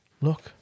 Look